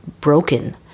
broken